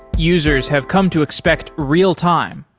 users have come to expect real-time.